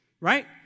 right